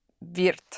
wird